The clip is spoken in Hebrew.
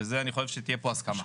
וזה אני חושב שתהיה פה הסכמה.